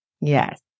Yes